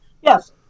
Yes